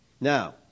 Now